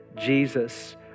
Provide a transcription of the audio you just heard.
Jesus